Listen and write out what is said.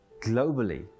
globally